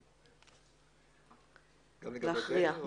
גם לגבי (ב)?